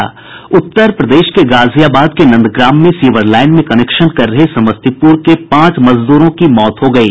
उत्तर प्रदेश के गाजियाबाद के नंदग्राम में सीवरलाईन में कनेक्शन कर रहे समस्तीपुर के पांच मजदूरों की मौत हो गयी